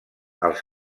als